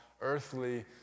earthly